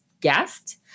guest